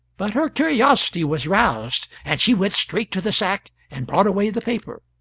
but her curiosity was roused, and she went straight to the sack and brought away the paper.